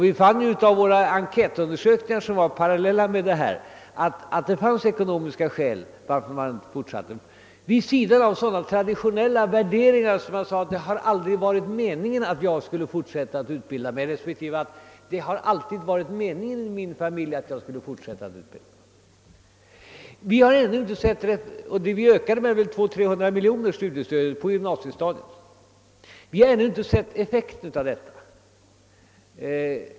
Vid våra enkätundersökningar som gjordes parallellt med det övriga arbetet framkom också att det fanns ekonomiska skäl till att eleverna inte fortsatte, alltså vid sidan om de traditionella värderingarna av typen: »Det har aldrig varit meningen att jag skulle fortsätta att utbilda mig», respektive: »Det har alltid varit meningen i min familj att jag skulle fortsätta att utbilda mig.» Vi ökade studiestödet med 200— 300 miljoner kronor på gymnasiestadiet, men vi har ännu inte sett effekten av det.